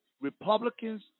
Republicans